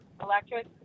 Electric